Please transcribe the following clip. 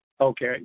Okay